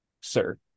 sir